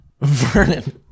Vernon